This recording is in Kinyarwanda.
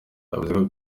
yavuze